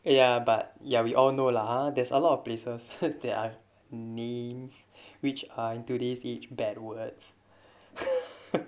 ya but ya we all know lah there's a lot of places heard their names which are in today's age backwards